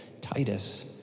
Titus